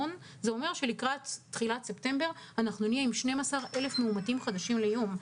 לקראת תחילת ספטמבר נהיה עם 12,000 מאומתים חדשים ליום.